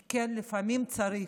כי כן, לפעמים צריך.